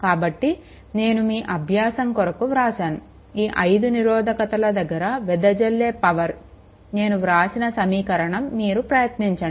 కాబట్టి నేను మీ అభ్యాసము కొరకు వ్రాసాను ఈ 5 నిరోధకతల దగ్గర వెదజల్లే పవర్ నేను వ్రాసిన సమీకరణం మీరు ప్రయత్నించండి